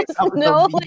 no